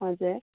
हजुर